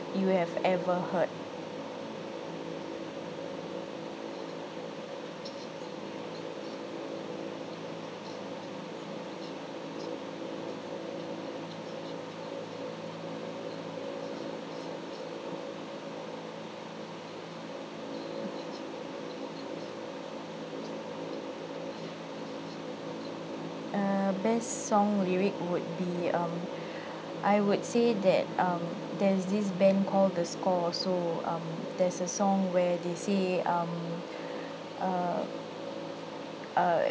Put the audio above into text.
you have ever heard err best song lyric would be um I would say that um there's this band call the score also um there's a song where they say um err uh